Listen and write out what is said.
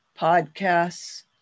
podcasts